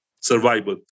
survival